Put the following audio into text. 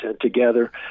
together